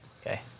Okay